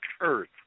Earth